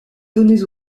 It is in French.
données